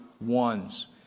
ones